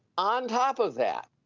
on top of that,